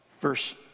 Verse